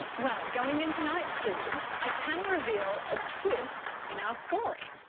um well, going into night two, i can reveal a twist in our scoring.